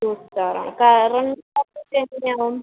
to star ആണ് current അപ്പോള് എങ്ങനെ ആവും